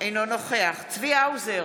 אינו נוכח צבי האוזר,